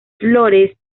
flores